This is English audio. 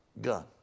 gun